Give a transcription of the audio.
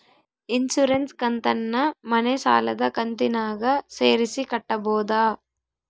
Insurance ಕಂತನ್ನ ಮನೆ ಸಾಲದ ಕಂತಿನಾಗ ಸೇರಿಸಿ ಕಟ್ಟಬೋದ?